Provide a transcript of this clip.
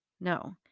No